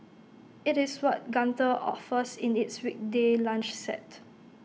IT is what Gunther offers in its weekday lunch set